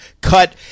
cut